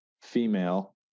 female